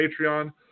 Patreon